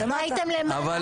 אבל אתן מפריעות.